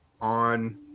on